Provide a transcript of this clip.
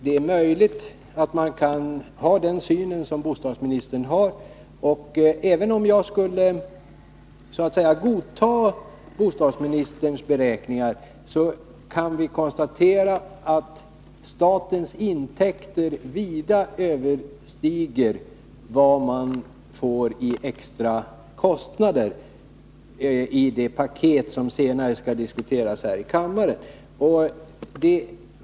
Det är möjligt att man kan ha den syn som bostadsministern har. Men även om jag skulle godta bostadsministerns beräkningar, kan vi konstatera att statens intäkter vida överstiger vad man får i extra kostnader i det paket som senare skall diskuteras här i kammaren.